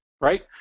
right